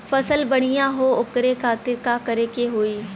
फसल बढ़ियां हो ओकरे खातिर का करे के होई?